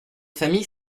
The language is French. famille